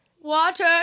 Water